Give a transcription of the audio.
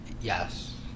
Yes